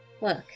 Look